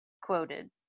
quoted